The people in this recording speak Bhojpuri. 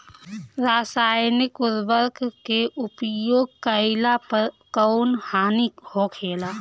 रसायनिक उर्वरक के उपयोग कइला पर कउन हानि होखेला?